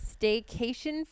staycation